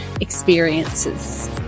experiences